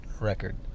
record